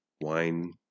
wine